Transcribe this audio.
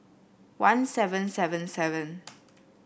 one seven seven seven